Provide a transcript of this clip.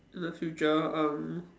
in the future um